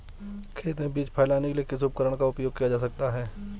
खेत में बीज फैलाने के लिए किस उपकरण का उपयोग किया जा सकता है?